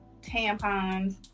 tampons